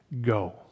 go